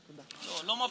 עבודה.